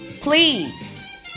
Please